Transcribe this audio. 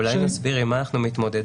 אולי נסביר עם מה אנחנו מתמודדים.